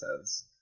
says